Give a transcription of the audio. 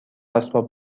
اسباب